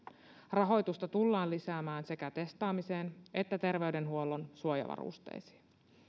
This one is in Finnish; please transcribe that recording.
rahoitusta tullaan lisäämään sekä testaamiseen että terveydenhuollon suojavarusteisiin